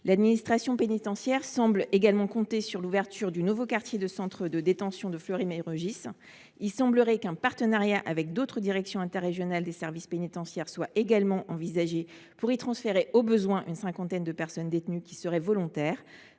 L’administration pénitentiaire compterait également sur l’ouverture du nouveau quartier centre de détention (QCD) de Fleury Mérogis. Il semblerait qu’un partenariat avec d’autres directions interrégionales des services pénitentiaires soit enfin envisagé, pour y transférer, au besoin, une cinquantaine de personnes détenues volontaires.